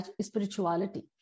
spirituality